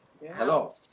hello